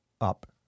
up